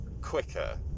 quicker